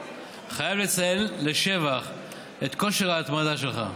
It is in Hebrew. חייב לציין לשבח את כושר ההתמדה שלך.